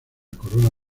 corona